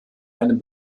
einem